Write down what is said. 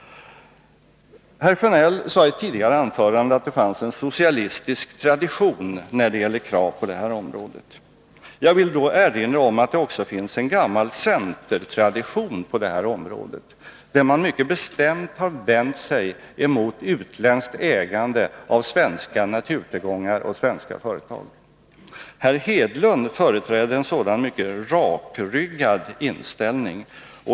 Herr Sjönell sade i ett tidigare anförande att det finns en socialistisk tradition när det gäller krav på detta område. Jag vill då erinra om att det också finns en gammal centertradition på detta område, där man mycket bestämt vänder sig mot utländskt ägande av svenska naturtillgångar och svenska företag. Herr Hedlund företrädde en sådan mycket rakryggad inställning.